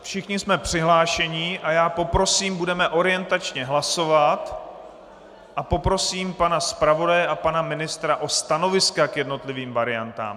Všichni jsme přihlášeni a já poprosím, budeme orientačně hlasovat a poprosím pana zpravodaje a pana ministra o stanoviska k jednotlivým variantám.